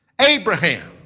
Abraham